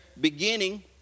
beginning